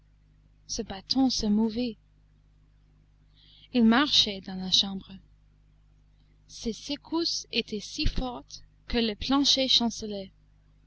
ce bâton se mouvait il marchait dans la chambre ses secousses étaient si fortes que le plancher chancelait